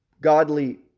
godly